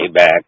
Payback